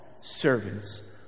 servants